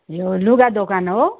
यो लुगा दोकान हो